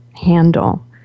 handle